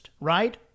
right